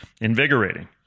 invigorating